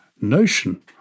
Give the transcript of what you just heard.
notion